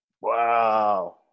Wow